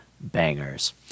bangers